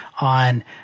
on